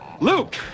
Luke